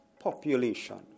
population